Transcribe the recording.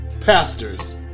pastors